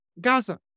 Gaza